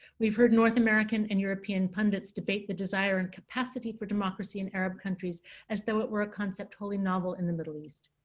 we've heard north american and european pundits debate the desire and capacity for democracy in arab countries as though it were a concept wholly novel in the middle east.